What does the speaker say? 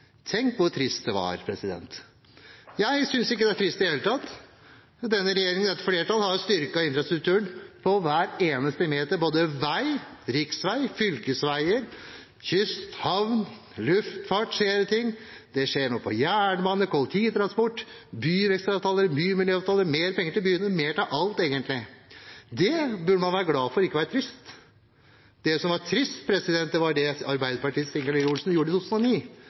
Tenk hvor trist det var! Jeg synes ikke det er trist i det hele tatt. Denne regjeringen, dette flertallet, har styrket infrastrukturen. På hver eneste meter vei – både på riksveier og fylkesveier – langs kysten, på havner og i luftfarten skjer det ting. Det skjer noe med jernbanen, med kollektivtransporten, med byvekstavtaler, med bymiljøavtaler – mer penger til byene, mer penger til alt, egentlig. Det burde man være glad for – ikke trist. Det som er trist, er det